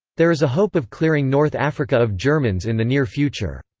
there is a hope of clearing north africa of germans in the near future.